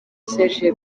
serge